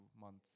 months